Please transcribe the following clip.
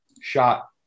shot